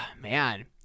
man